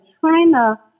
China